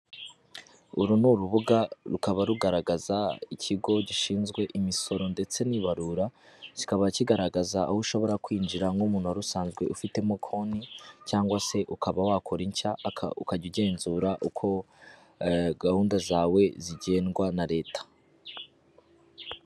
Uru ni urubuga rukaba rugaragaza ikigo gishinzwe imisoro ndetse n'ibarura, kikaba kigaragaza aho ushobora kwinjira nk'umuntu wari usanzwe ufitemo konti cyangwa se ukaba wakora inshya ukajya ugenzura uko gahunda zawe zigendwa na leta.